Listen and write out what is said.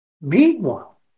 meanwhile